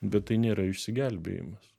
bet tai nėra išsigelbėjimas